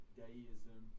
deism